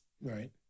Right